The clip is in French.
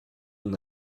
mon